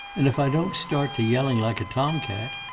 and if i don't start to yelling like a tom-cat.